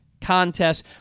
contests